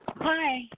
hi